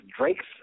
Drake's